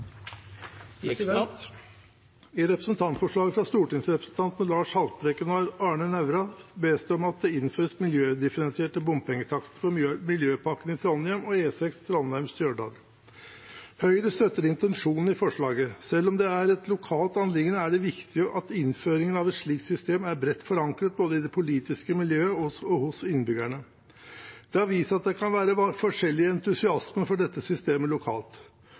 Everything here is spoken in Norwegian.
I representantforslaget fra stortingsrepresentantene Lars Haltbrekken og Arne Nævra bes det om at det innføres miljødifferensierte bompengetakster for Miljøpakken i Trondheim og E6 Trondheim–Stjørdal Høyre. Høyre støtter intensjonen i forslaget. Selv om det er et lokalt anliggende, er det viktig at innføringen av et slikt system er bredt forankret både i det politiske miljøet og hos innbyggerne. Det har vist seg at det kan være forskjellig entusiasme for dette systemet lokalt.